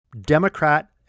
Democrat